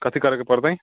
कथी करैके पड़तै